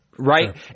Right